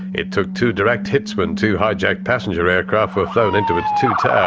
it took two direct hits when two hijacked passenger aircraft were flown into its two towers.